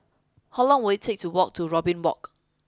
how long will it take to walk to Robin Walk